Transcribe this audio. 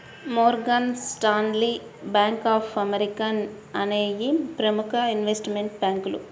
Morgan Stanley, Bank of America అనేయ్యి ప్రముఖ investment బ్యేంకులు